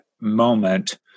moment